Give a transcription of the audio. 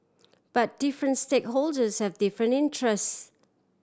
but different stakeholders have different interests